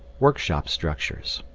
workshop structures